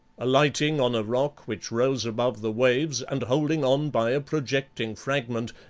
alighting on a rock which rose above the waves, and holding on by a projecting fragment,